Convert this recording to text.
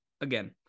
again